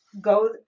go